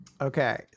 Okay